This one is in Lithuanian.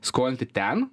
skolinti ten